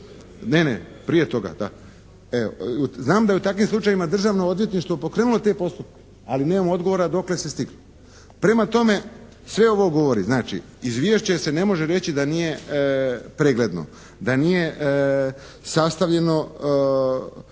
ne, ne, prije toga, da. Evo, znam da je u takvim slučajevima Državno odvjetništvo pokrenulo te postupka ali nema odgovora dokle se stiglo. Prema tome, sve ovo govori, znači izvješće se ne može reći da nije pregledno, da nije sastavljeno